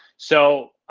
so